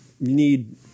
need